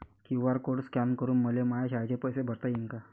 QR code scan करून मले माया शाळेचे पैसे भरता येईन का?